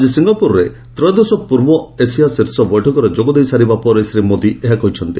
ଆଜି ସିଙ୍ଗାପୁରରେ ତ୍ରୟୋଦଶ ପୂର୍ବ ଏସିଆ ଶୀର୍ଷ ବୈଠକରେ ଯୋଗ ଦେଇସାରିବା ପରେ ଶ୍ରୀ ମୋଦି ଏହା କହିଛନ୍ତି